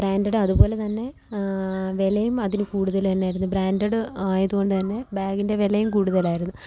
ബ്രാന്റഡും അതുപോലെ തന്നെ വിലയും അതിന് കൂടുതല് തന്നെയായിരുന്നു ബ്രാന്റഡ് ആയതു കൊണ്ടുതന്നെ ബാഗിന്റെ വിലയും കൂടുതലായിരുന്നു